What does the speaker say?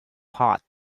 hot